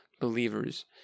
believers